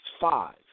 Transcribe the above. five